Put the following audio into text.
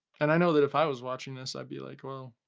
and i know that if i was watching this, i'd be like well.